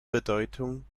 bedeutung